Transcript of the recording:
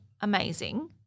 amazing